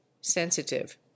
sensitive